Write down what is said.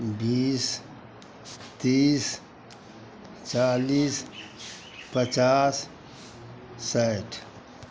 बीस तीस चालिस पचास साठि